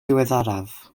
diweddaraf